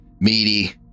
meaty